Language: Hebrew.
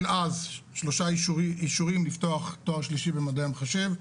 אז שלושה אישורים לפתוח תואר שלישי במדעי המחשב,